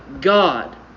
God